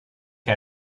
che